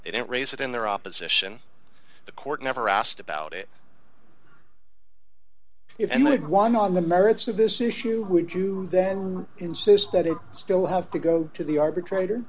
they didn't raise it in their opposition the court never asked about it and they had won on the merits of this issue would you then insist that it still have to go to the arbitrator